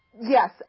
yes